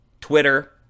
Twitter